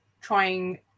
trying